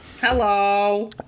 Hello